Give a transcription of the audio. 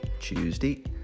tuesday